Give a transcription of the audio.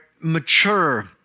mature